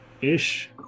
ish